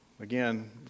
again